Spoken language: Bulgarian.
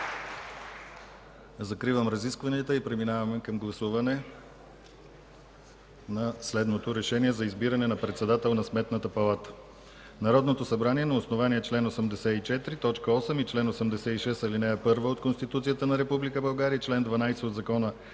Закривам разискванията. Преминаваме към гласуване на следното: „РЕШЕНИЕ за избиране на председател на Сметната палата Народното събрание на основание чл. 84, т. 8 и чл. 86, ал. 1 от Конституцията на Република България и чл. 12 от Закона